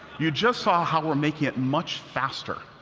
you just saw how we're making it much faster.